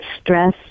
stress